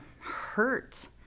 hurt